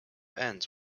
ends